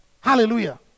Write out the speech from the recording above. Hallelujah